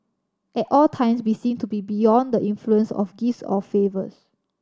at all times be seen to be beyond the influence of gifts or favours